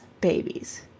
babies